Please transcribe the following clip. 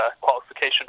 qualification